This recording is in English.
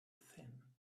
thin